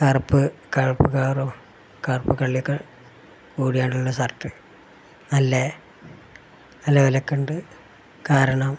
കറുപ്പ് കറുപ്പ് കളറും കറുപ്പ് കള്ളിയൊക്കെ കൂടിയായിട്ടുള്ള ഷർട്ട് നല്ല നല്ല വിലയൊക്കെയുണ്ട് കാരണം